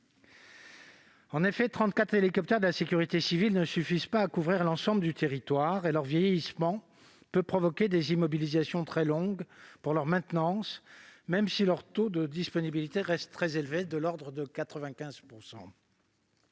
trente-quatre hélicoptères de la sécurité civile ne suffisent pas à couvrir l'ensemble du territoire et leur vieillissement peut provoquer de longues immobilisations pour maintenance, même si leur taux de disponibilité reste très élevé, de l'ordre de 95 %.